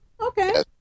Okay